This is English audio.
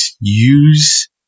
use